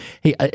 Hey